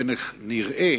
ונראה